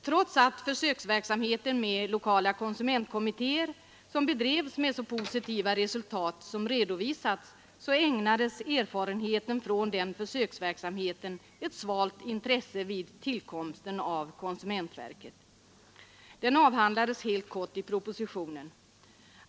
Trots att försöksverksamheten med lokala konsumentkommittéer gav så positiva resultat som redovisats, ägnades erfarenheten från den försöksverksamheten ett svalt intresse vid tillkomsten av konsumentverket. Den avhandlades helt kort i propositionen.